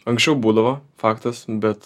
anksčiau būdavo faktas bet